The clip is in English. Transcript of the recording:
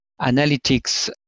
analytics